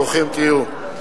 ברוכים תהיו.